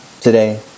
today